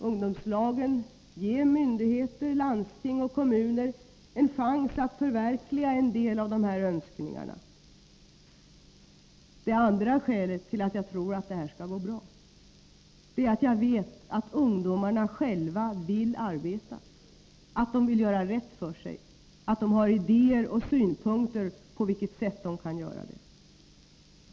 Ungdomslagen ger myndigheter, landsting och kommuner en chans att förverkliga en del av de här önskningarna. Det andra skälet till att jag tror att det här skall gå bra är att jag vet att ungdomarna själva vill arbeta, att de vill göra rätt för sig och att de har idéer och synpunkter på det sätt på vilket de kan göra det.